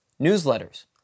Newsletters